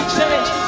change